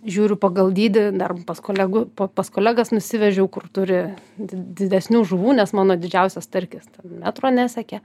žiūriu pagal dydį dar pas kolegu p pas kolegas nusivežiau kur turi did didesnių žuvų nes mano didžiausias starkis ten metro nesiekė